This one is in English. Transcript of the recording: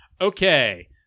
Okay